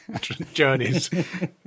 journeys